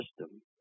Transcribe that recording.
system